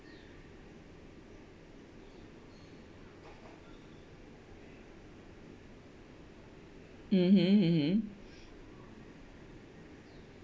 mmhmm mmhmm